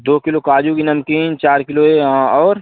दो किलो काजू की नमकीन चार किलो ये और